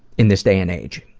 in this day and age.